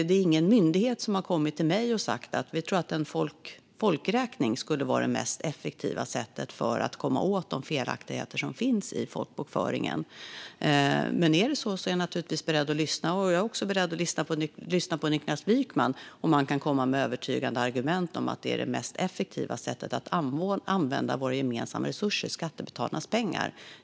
Det är ingen myndighet som har kommit till mig och sagt: Vi tror att en folkräkning skulle vara det mest effektiva sättet att komma åt de felaktigheter som finns i folkbokföringen. I så fall skulle jag naturligtvis vara beredd att lyssna. Jag är också beredd att lyssna på Niklas Wykman om han kan komma med övertygande argument för att detta är det mest effektiva sättet att använda våra gemensamma resurser, skattebetalarnas pengar.